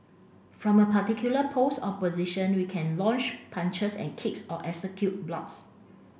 from a particular pose or position we can launch punches and kicks or execute blocks